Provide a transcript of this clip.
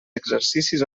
exercicis